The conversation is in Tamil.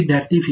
மாணவர்V